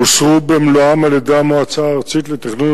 אושרו במלואם על-ידי המועצה הארצית לתכנון